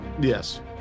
Yes